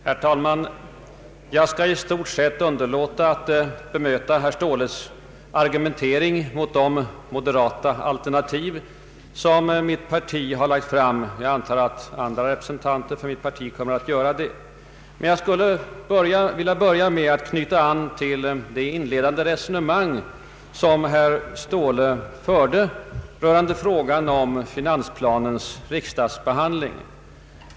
Herr talman! Jag skall i stort sett underlåta att bemöta herr Ståhles argumentering mot de moderata alternativ som mitt parti har lagt fram. Jag antar att andra representanter för mitt parti kommer att göra det. Men jag vill knyta an till det inledande resonemang som herr Ståhle förde rörande frågan om finansplanens riksdagsbehandling.